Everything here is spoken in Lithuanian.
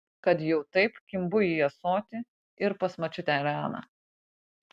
kad jau taip kimbu į ąsotį ir pas močiutę eleną